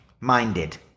minded